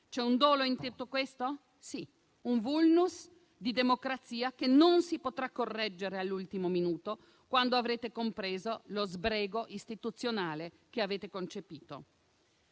C'è un dolo in tutto questo? Sì: un *vulnus* di democrazia, che non si potrà correggere all'ultimo minuto, quando avrete compreso lo sbrego istituzionale che avete concepito.